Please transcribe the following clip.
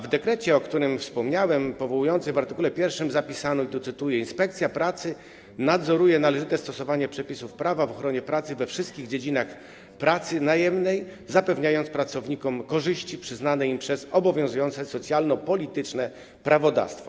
W dekrecie, o którym wspomniałem, w art. 1 zapisano, i tu cytuję: Inspekcja pracy nadzoruje należyte stosowanie przepisów prawa o ochronie pracy we wszystkich dziedzinach pracy najemnej, zapewniając pracownikom korzyści przyznane im przez obowiązujące socjalno-polityczne prawodawstwo.